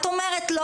את אומרת לו: